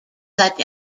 such